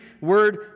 word